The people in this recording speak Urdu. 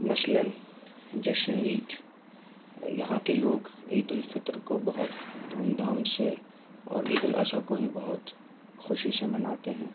مثلاً جشن عید یہاں کے لوگ عید الفطر کو بہت دھوم دھام سے اور عید الاضحیٰ کو بھی بہت خوشی سے مناتے ہیں